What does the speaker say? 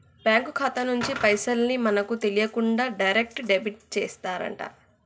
bank ఖాతా నుంచి పైసల్ ని మనకు తెలియకుండా డైరెక్ట్ డెబిట్ చేశారట